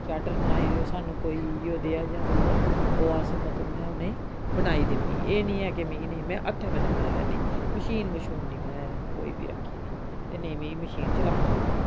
sweater बनाई देओ साह्नू कोई इ'यै नेहा जां दूआ ओह् अस मतलब में उ'नें ई बनाई दिन्नी एह् निं ऐ कि मिगी नेईं में हत्थें कन्नै बनाई लैन्नी मशीन मशून निं में कोई बी रक्खी दी ते नेईं मिगी मशीन चलाना औंदी